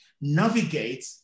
navigate